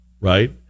right